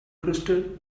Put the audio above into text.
crystal